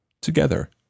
together